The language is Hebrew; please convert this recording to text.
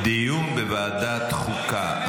דיון בוועדת חוקה.